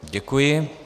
Děkuji.